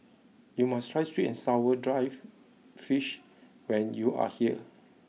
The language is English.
you must try sweet and sour drive fish when you are here